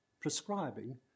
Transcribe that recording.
prescribing